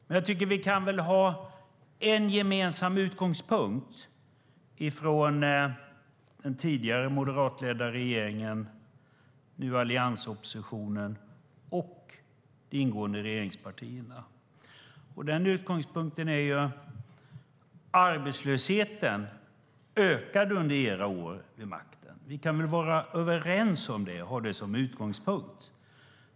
Men jag tycker att vi kan ha en gemensam utgångspunkt från den tidigare moderatledda alliansregeringen, nu oppositionen, och de ingående regeringspartierna. Den utgångspunkten är att arbetslösheten ökade under era år vid makten. Vi kan väl vara överens om det och ha det som utgångspunkt.